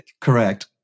Correct